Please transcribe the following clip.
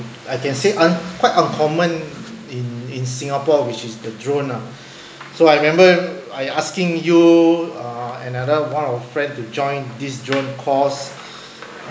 I can say un~ quite uncommon in in singapore which is the drone ah so I remember I asking you uh and another one of our friends to join this june course